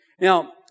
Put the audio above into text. Now